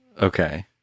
Okay